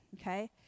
Okay